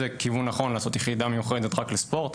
זה כיוון נכון לעשות יחידה מיוחדת רק לספורט.